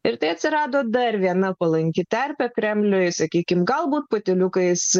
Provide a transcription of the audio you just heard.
ir tai atsirado dar viena palanki terpė kremliui sakykime galbūt patyliukais